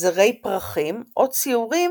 זרי פרחים או ציורים